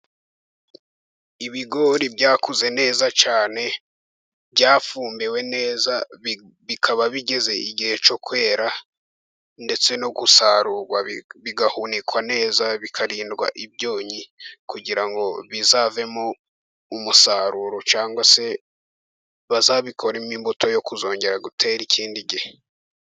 Ibigori byakuze neza cyane byafumbiwe neza bikaba bigeze igihe cyo kwera, ndetse no gusarurwa bigahunikwa neza bikarindwa ibyonyi kugira ngo bizavemo umusaruro cyangwa se bazabikoremo imbuto yo kuzongera gutera ikindi gihe.